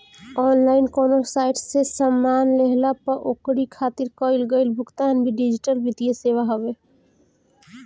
online कवनो site से सामान लेहला पअ ओकरी खातिर कईल गईल भुगतान भी डिजिटल वित्तीय सेवा हवे